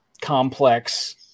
complex